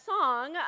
song